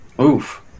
Oof